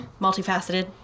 multifaceted